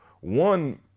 One